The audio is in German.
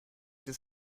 des